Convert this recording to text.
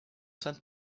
zijn